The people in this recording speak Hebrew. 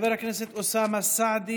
חברת הכנסת יוליה מלינובסקי,